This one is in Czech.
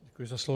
Děkuji za slovo.